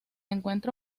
encuentra